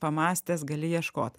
pamąstęs gali ieškot